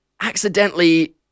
accidentally